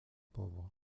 pauvres